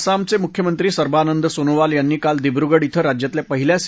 आसाम चे मृख्यमंत्री सर्बानंद सोनोवाल यांनी काल दिव्रगढ इथं राज्यातल्या पहिल्या सी